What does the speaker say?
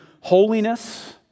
holiness